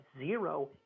zero